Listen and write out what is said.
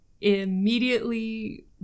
immediately